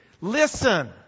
listen